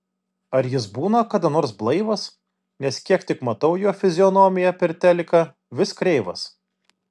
ar jis būna kada nors blaivas nes kiek tik matau jo fizionomiją per teliką vis kreivas